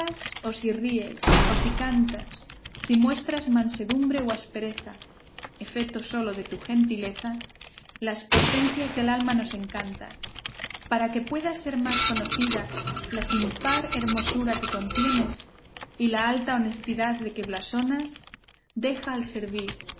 ríes o si cantas si muestras mansedumbre o aspereza efeto sólo de tu gentileza las potencias del alma nos encantas para que pueda ser más conocida la sin par hermosura que contienes y la alta honestidad de que blasonas deja el servir